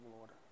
order